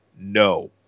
no